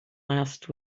last